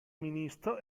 ministro